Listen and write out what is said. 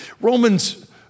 Romans